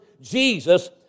Jesus